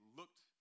looked